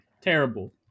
Terrible